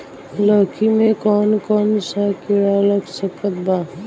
लौकी मे कौन कौन सा कीड़ा लग सकता बा?